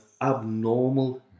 abnormal